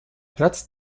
platz